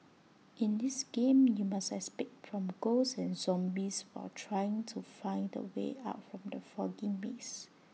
in this game you must escape from ghosts and zombies while trying to find the way out from the foggy maze